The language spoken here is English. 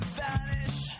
vanish